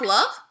Love